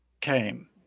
came